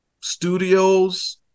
studios